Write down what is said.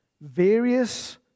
various